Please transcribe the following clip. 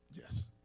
yes